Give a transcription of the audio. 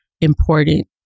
important